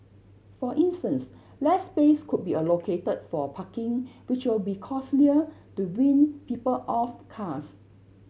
for instance less space could be allocated for parking which will be costlier to wean people off cars